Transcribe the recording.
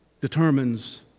determines